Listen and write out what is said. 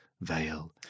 veil